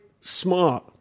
smart